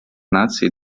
наций